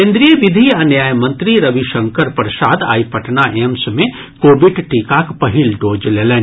केन्द्रीय विधि आ न्याय मंत्री रविशंकर प्रसाद आइ पटना एम्स मे कोविड टीकाक पहिल डोज लेलनि